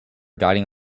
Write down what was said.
guiding